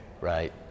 right